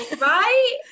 right